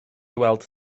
weld